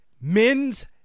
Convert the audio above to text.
men's